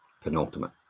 penultimate